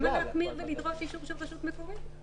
למה להחמיר ולדרוש אישור של רשות מקומית?